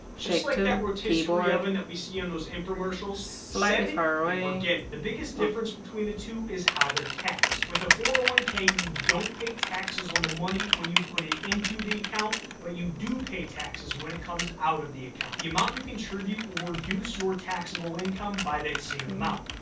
just like that rotisserie oven that we see on those infomercials, set it and forget it. the biggest difference between the two is how they're taxed. with the four hundred and ah one k, you don't pay taxes on the money when you put it into the account, but you do pay taxes when it comes out of the account. the amount you contribute will reduce your taxable income by that same amount.